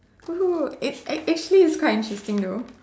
!woohoo! it's act~ actually it's quite interesting though